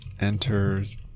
Enters